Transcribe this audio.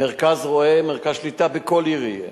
מרכז רואה, מרכז שליטה, בכל עיר יהיה.